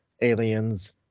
aliens